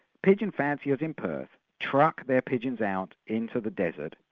pigeon fanciers in perth truck their pigeons out into the desert,